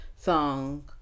song